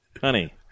Honey